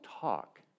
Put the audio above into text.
talk